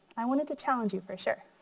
i wanted to challenge you for sure.